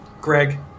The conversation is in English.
Greg